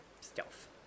Stealth